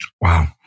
Wow